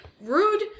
rude